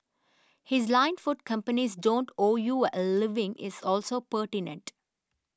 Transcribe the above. his line food companies don't owe you a living is also pertinent